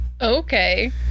Okay